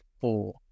four